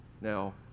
Now